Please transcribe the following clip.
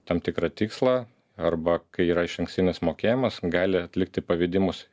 tam tikrą tikslą arba kai yra išankstinis mokėjimas gali atlikti pavedimus